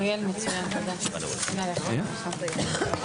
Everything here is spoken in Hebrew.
הישיבה ננעלה בשעה 10:56.